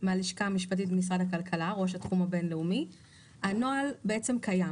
הנוהל קיים.